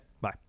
Bye